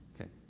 Okay